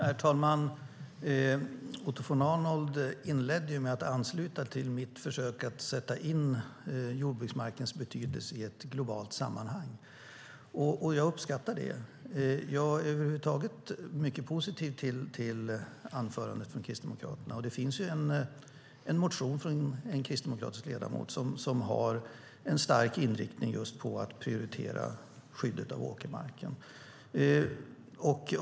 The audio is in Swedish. Herr talman! Otto von Arnold inledde med att ansluta till mitt försök att sätta in jordbruksmarkens betydelse i ett globalt sammanhang. Jag uppskattar det. Jag är över huvud taget mycket positiv till anförandet från Kristdemokraterna. Det finns ju en motion från en kristdemokratisk ledamot som har en stark inriktning just på att prioritera skyddet av åkermarken.